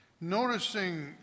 noticing